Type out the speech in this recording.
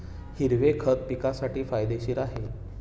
हिरवे खत पिकासाठी फायदेशीर आहे